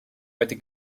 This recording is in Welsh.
wedi